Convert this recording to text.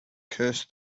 curse